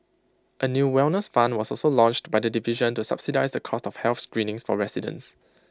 A new wellness fund was also launched by the division to subsidise the cost of health screenings for residents